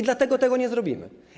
Dlatego tego nie zrobimy.